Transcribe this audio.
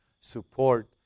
support